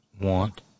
want